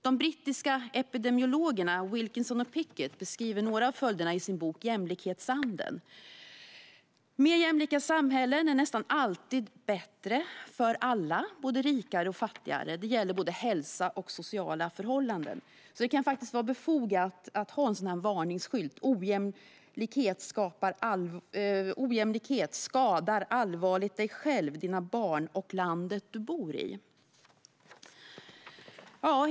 De brittiska epidemiologerna Wilkinson och Pickett beskriver några av följderna i sin bok Jämlikhetsanden , nämligen att mer jämlika samhällen nästan alltid är bättre för alla, både rikare och fattigare. Det gäller både hälsa och sociala förhållanden. Det kan faktiskt vara befogat att ha en varningsskylt: "Ojämlikhet skadar allvarligt dig själv, dina barn och landet du bor i."